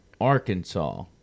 Arkansas